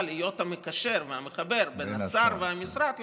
להיות המקשר והמחבר בין השר והמשרד לכנסת.